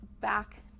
back